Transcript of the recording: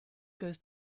goes